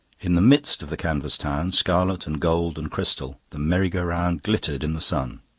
in the midst of the canvas town, scarlet and gold and crystal, the merry-go-round glittered in the sun.